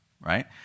right